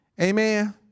Amen